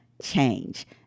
change